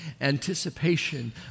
anticipation